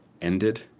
ended